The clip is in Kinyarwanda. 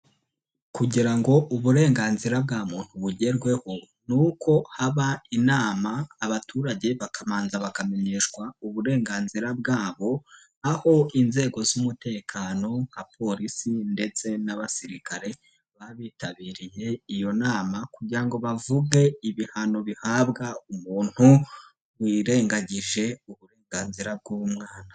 Kugira ngo uburenganzira bwa muntu bugerweho, ni uko haba inama abaturage bakabanza bakamenyeshwa uburenganzira bwabo, aho inzego z'umutekano nka polisi ndetse n'abasirikare baba bitabiriye iyo nama kugira ngo bavuge ibihano bihabwa umuntu wirengagije uburenganzira bw'umwana.